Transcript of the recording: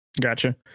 gotcha